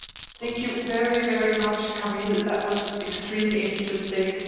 thank you very, very much, camille. that was extremely interesting.